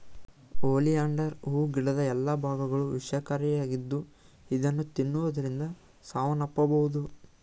oleander ಹೂ ಗಿಡದ ಎಲ್ಲಾ ಭಾಗಗಳು ವಿಷಕಾರಿಯಾಗಿದ್ದು ಇದನ್ನು ತಿನ್ನುವುದರಿಂದ ಸಾವನ್ನಪ್ಪಬೋದು